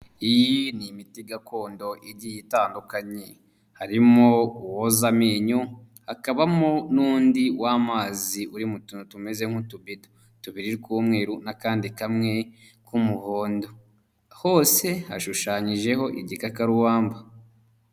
Iyi ni imiti gakondo igiye itandukanye, harimo uwoza amenyo, hakabamo n'undi w'amazi uri mu tuntu tumeze nk'utubido tubiri tw'umweru n'akandi kamwe k'umuhondo, hose hashushanyijeho igikakarubamba.